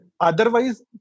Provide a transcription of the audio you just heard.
Otherwise